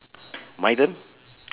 my turn